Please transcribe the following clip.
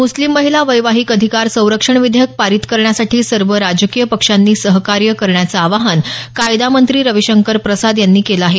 म्स्लिम महिला वैवाहीक अधिकार संरक्षण विधेयक पारित करण्यासाठी सर्व राजकीय पक्षांनी सहकार्य करण्याचं आवाहन कायदा मंत्री रविशंकर प्रसाद यांनी केलं आहे